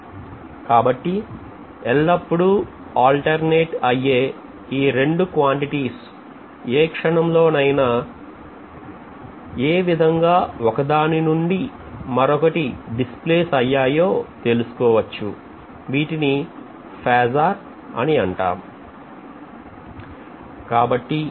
కాబట్టి ఎల్లప్పుడూ alternate అయ్యే ఈ రెండు quantities ఏ క్షణంలోనైనా అవి ఏ విధంగా ఒకదానినుండి మరొకటి displace అయ్యా యో తెలుసుకోవచ్చు వీటిని ఫేజార్ అని అంటాం